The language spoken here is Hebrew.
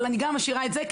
אבל אני גם משאירה את זה,